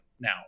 now